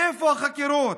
איפה החקירות,